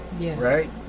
right